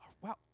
Wow